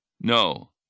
No